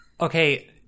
okay